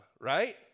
right